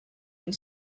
and